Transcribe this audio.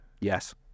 Yes